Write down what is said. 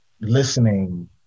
listening